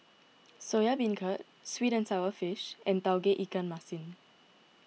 Soya Beancurd Sweet and Sour Fish and Tauge Ikan Masin